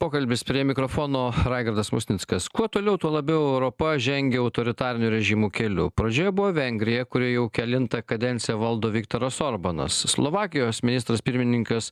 pokalbis prie mikrofono raigardas musnickas kuo toliau tuo labiau europa žengia autoritarinių režimų keliu pradžioje buvo vengrija kuri jau kelintą kadenciją valdo viktoras orbanas slovakijos ministras pirmininkas